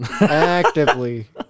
Actively